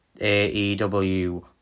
AEW